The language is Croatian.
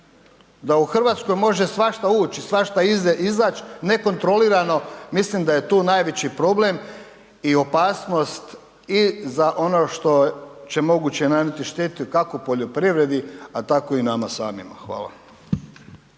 da u Hrvatsku može svašta ući i svašta izaći nekontrolirano, mislim da je tu najveći problem i opasnost i za ono što će moguće nanijeti štetu kako poljoprivredi, a tako i nama samima. Hvala.